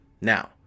Now